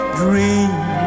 dream